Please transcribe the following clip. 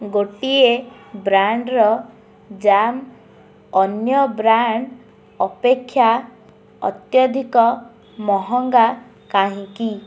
ଗୋଟିଏ ବ୍ରାଣ୍ଡର ଜାମ୍ ଅନ୍ୟ ବ୍ରାଣ୍ଡ ଅପେକ୍ଷା ଅତ୍ୟଧିକ ମହଙ୍ଗା କାହିଁକି